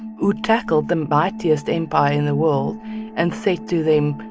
who tackled the mightiest empire in the world and said to them,